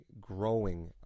growing